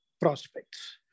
prospects